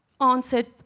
answered